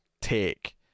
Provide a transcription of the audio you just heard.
take